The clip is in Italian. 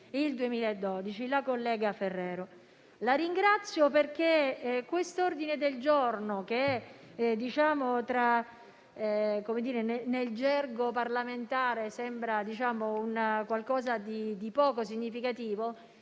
del 2018, oltre a quello del 2012. La ringrazio perché quest'ordine del giorno, che nel gergo parlamentare sembra un qualcosa di poco significativo,